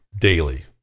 daily